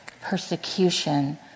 persecution